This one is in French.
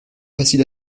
facile